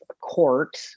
court